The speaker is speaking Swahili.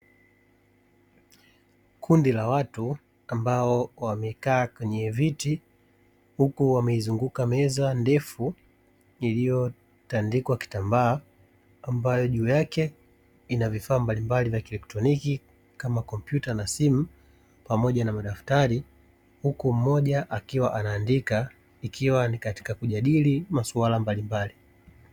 Kundi la watu ambao wamekaa kwenye viti huku wameizunguka meza ndefu iliyotandikwa kitambaa ambayo juu yake ina vifaa mbalimbali vya kielektroniki kama komputa na simu pamoja na madaftari huku mmoja akiwa anaandika ikiwa ni katika kujadili maswala mbalimbali.